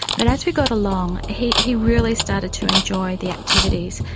but as we got along he he really started to enjoy the activities,